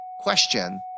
Question